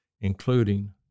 including